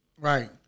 Right